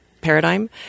paradigm